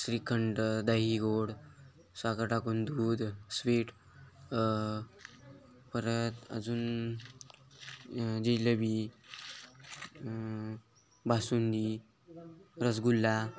श्रीखंड दही गोड साखर टाकून दूध स्वीट परत अजून जिलेबी बासुंदी रसगुल्ला